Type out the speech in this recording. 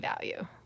value